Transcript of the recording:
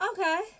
Okay